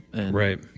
Right